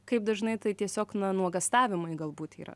kaip dažnai tai tiesiog na nuogąstavimai galbūt yra